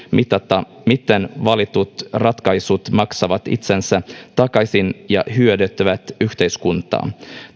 mitata miten valitut ratkaisut maksavat itsensä takaisin ja hyödyttävät yhteiskuntaa